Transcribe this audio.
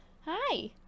hi